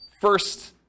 first